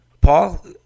Paul